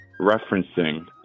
referencing